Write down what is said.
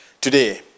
Today